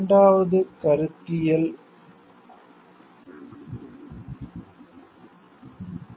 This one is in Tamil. இரண்டாவது கருத்தியல் சிக்கல்கள்